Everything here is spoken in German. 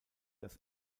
das